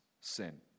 sin